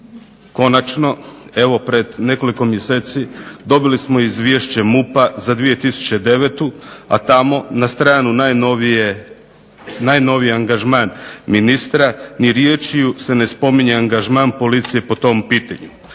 Konačno evo pred nekoliko mjeseci dobili smo izvješće MUP-a za 2009., a tamo na stranu najnoviji angažman ministra, ni riječju se ne spominje angažman policije po tom pitanju.